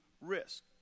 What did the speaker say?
risk